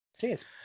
Cheers